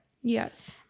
Yes